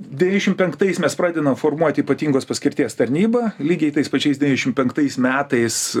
devyšim penktais mes pradena formuoti ypatingos paskirties tarnybą lygiai tais pačiais devyniašim penktais metais